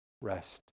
rest